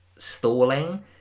stalling